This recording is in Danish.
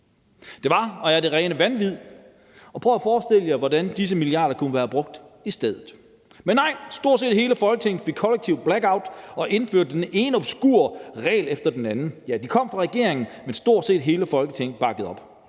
Det var og er det rene vanvid. Og prøv at forestille jer, hvordan disse milliarder kunne være brugt i stedet. Men nej, stort set hele Folketinget fik et kollektivt blackout og indførte den ene obskure regel efter den anden. De kom fra regeringen, men stort set hele Folketinget bakkede op.